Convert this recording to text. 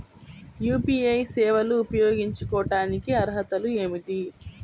UPI సేవలు ఉపయోగించుకోటానికి అర్హతలు ఏమిటీ?